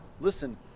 listen